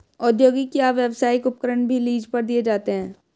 औद्योगिक या व्यावसायिक उपकरण भी लीज पर दिए जाते है